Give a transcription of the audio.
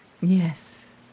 yes